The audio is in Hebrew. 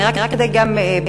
רק כדי שיבינו,